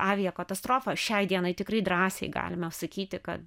aviakatastrofa šiai dienai tikrai drąsiai galime sakyti kad